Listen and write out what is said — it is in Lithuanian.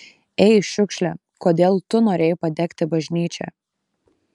ei šiukšle kodėl tu norėjai padegti bažnyčią